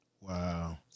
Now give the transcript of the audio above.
Wow